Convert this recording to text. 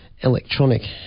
electronic